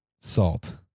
salt